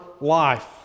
life